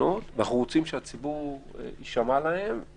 כולנו כבולים באיזה שהוא סד שהוא לא אמיתי.